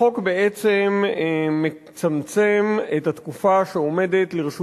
החוק מצמצם את התקופה שעומדת לרשות